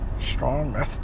Strong